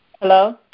Hello